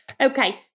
Okay